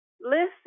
Listen